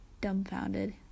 dumbfounded